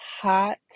hot